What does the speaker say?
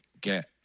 get